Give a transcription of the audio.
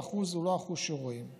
והאחוז הוא לא האחוז שרואים.